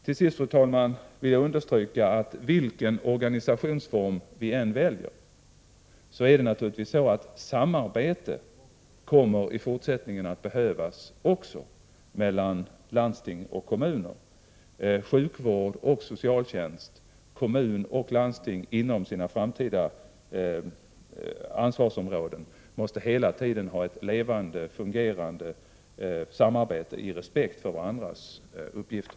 Till sist, fru talman, vill jag understryka att vilken organisationsform vi än väljer kommer naturligtvis ett samarbete också i fortsättningen att behövas mellan landsting och kommuner, mellan sjukvård och socialtjänst. Kommun och landsting måste fortlöpande inom sina framtida ansvarsområden ha ett levande och fungerande samarbete i respekt för varandras uppgifter.